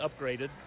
upgraded